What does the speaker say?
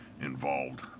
involved